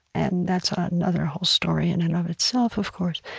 and that's another whole story in and of itself, of course